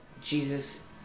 Jesus